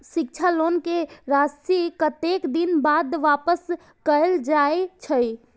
शिक्षा लोन के राशी कतेक दिन बाद वापस कायल जाय छै?